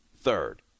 third